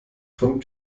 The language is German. von